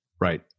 Right